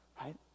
right